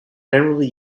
generally